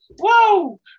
Whoa